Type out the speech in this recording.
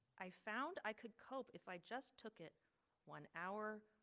i found i could cope if i just took it one hour,